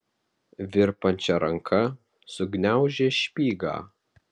virpančia ranka sugniaužė špygą